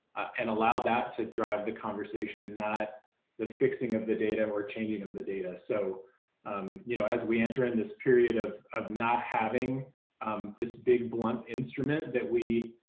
and allow that to drive the conversation, not the fixing of the data or changing of the data. so um you know as we enter in this period of of not having um this big blunt instrument that we.